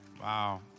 Wow